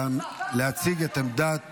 להציג את עמדת